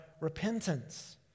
repentance